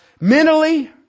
Mentally